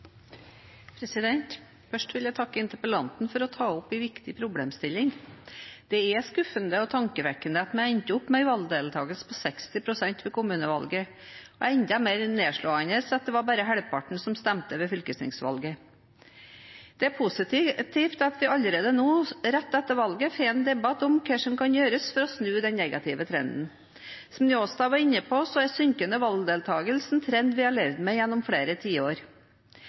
skuffende og tankevekkende at vi endte opp med en valgdeltakelse på 60 pst. ved kommunevalget. Enda mer nedslående er det at det var bare vel halvparten som stemte fylkestingsvalget. Det er positivt at vi allerede nå, rett etter valget, får en debatt om hva som kan gjøres for å snu den negative trenden. Som Njåstad var inne på, er synkende valgdeltakelse en trend vi har levd med gjennom flere tiår.